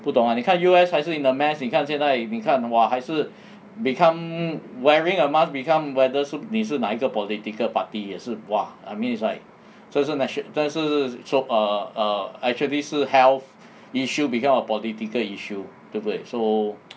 不懂 ah 你看 U_S 还是 in a mess 你看现在你看 !wah! 还是 become wearing a mask become whether 是你是哪一个 political party 也是 !wah! I mean it's like 所以是 nation 但是 so err err actually 是 health issue become a political issue 对不对 so